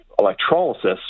electrolysis